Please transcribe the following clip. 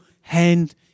hand